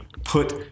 put